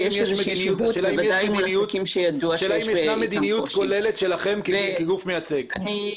השאלה אם יש מדיניות כוללת שלכם כגוף מייצג.